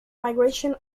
migrations